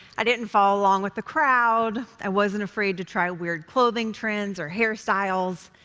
i didn't follow along with the crowd. i wasn't afraid to try weird clothing trends or hairstyles.